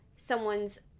someone's